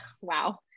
wow